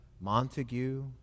Montague